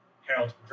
Harold